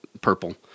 purple